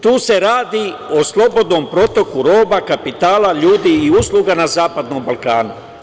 Tu se radi o slobodnom protoku roba, kapitala, ljudi i usluga na zapadnom Balkanu.